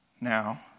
Now